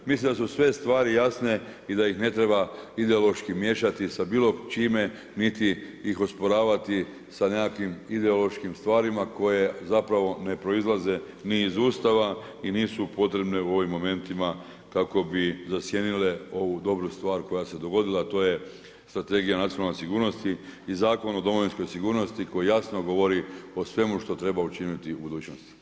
Mislim da su sve stvari jasne i da ih ne treba ideološki miješati sa bilo čime niti ih osporavati sa nekakvim ideološkim stvarima koje zapravo ne proizlaze ni iz Ustava i nisu potrebne u ovim momentima kako bi zasjenile ovu dobru stvar koja se dogodila a to je Strategija nacionalne sigurnosti i Zakon o domovinskoj sigurnosti koji jasno govori o svemu što treba učiniti u budućnosti.